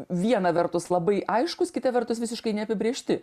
viena vertus labai aiškūs kita vertus visiškai neapibrėžti